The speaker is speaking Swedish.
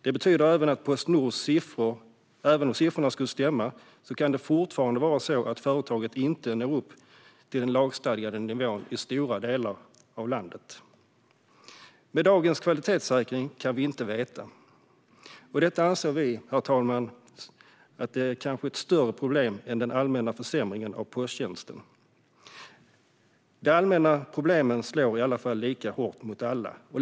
Det betyder att även om Postnords siffror skulle stämma kan det fortfarande vara så att företaget inte når upp till den lagstadgade nivån i stora delar av landet. Med dagens kvalitetssäkring kan vi inte veta. Detta, herr talman, anser vi är ett problem som kanske är större än den allmänna försämringen av posttjänsten. De allmänna problemen slår i alla fall lika hårt mot alla.